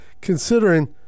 Considering